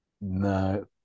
no